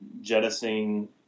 jettisoning